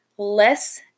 less